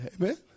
Amen